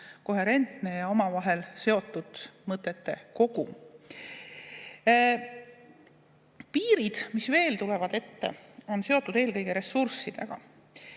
koherentne ja omavahel seotud mõtete kogum. Piirid, mis veel tulevad ette, on seotud eelkõige ressurssidega.